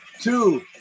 two